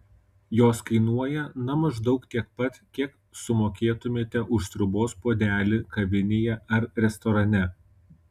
jos kainuoja na maždaug tiek pat kiek sumokėtumėte už sriubos puodelį kavinėje ar restorane